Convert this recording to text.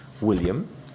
William